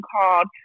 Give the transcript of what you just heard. called